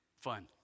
fun